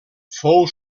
fou